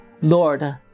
Lord